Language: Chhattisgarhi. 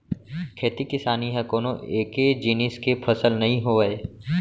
खेती किसानी ह कोनो एके जिनिस के फसल नइ होवय